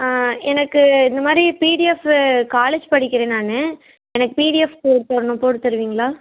எனக்கு இந்த மாதிரி பிடிஎஃப்பு காலேஜ் படிக்கிறேன் நான் எனக்கு பிடிஎஃப் போட்டு தரணும் போட்டு தருவீங்களா